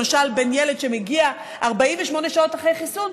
למשל בין ילד שמגיע 48 שעות אחרי חיסון,